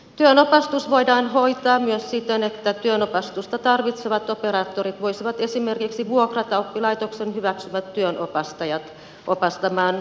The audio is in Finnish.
työnopastus voidaan hoitaa myös siten että työnopastusta tarvitsevat operaattorit voisivat esimerkiksi vuokrata oppilaitoksen hyväksymät työnopastajat opastamaan työntekijöitään